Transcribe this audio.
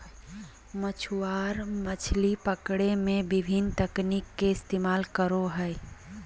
मछुआरा मछली पकड़े में विभिन्न तकनीक के इस्तेमाल करो हइ